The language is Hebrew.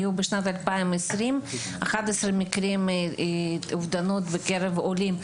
בשנת 2020 היו 11 מקרים של אובדנות בקרב עולים.